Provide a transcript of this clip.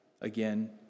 Again